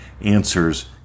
answers